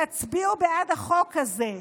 תצביעו בעד החוק הזה.